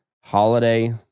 holiday